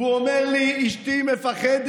והוא אומר לי: אשתי מפחדת,